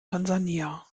tansania